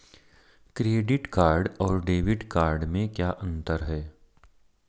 Credit card और debit card में क्या अंतर है?